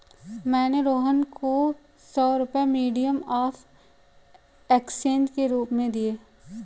मैंने रोहन को सौ रुपए मीडियम ऑफ़ एक्सचेंज के रूप में दिए